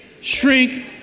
shrink